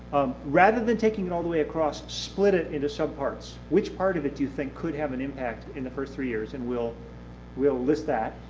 rather than taking it all the way across, split it into subparts. which part of it do you think could have an impact in the first three years and we'll we'll list that,